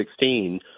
2016